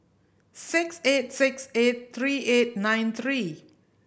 six eight six eight three eight nine three